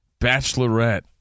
Bachelorette